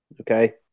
Okay